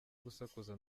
gusakuza